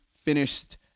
finished